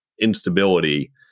instability